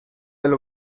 del